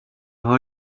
har